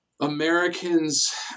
Americans